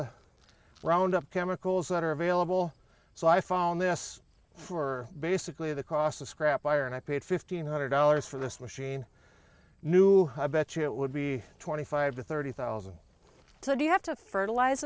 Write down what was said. the roundup chemicals that are available so i found this for basically the cost of scrap iron i paid fifteen hundred dollars for this machine new i bet you it would be twenty five to thirty thousand so do you have to fertilize